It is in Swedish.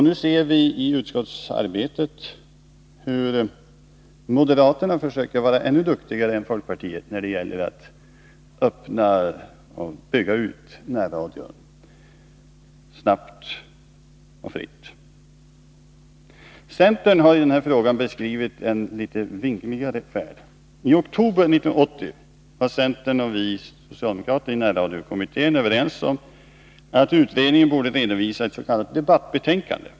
Nu ser vi i utskottsarbetet hur moderaterna försöker vara ännu duktigare än folkpartiet när det gäller att öppna och bygga ut närradion snabbt och fritt. Centern har i denna fråga beskrivit en litet vingligare färd. I oktober 1980 var vi socialdemokrater i närradiokommittén överens med centern om att utredningen borde redovisa ett s.k. debattbetänkande.